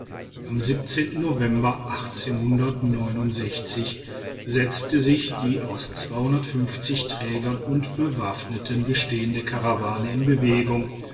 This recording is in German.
am november setzte sich die aus trägern und bewaffneten bestehende karawane in bewegung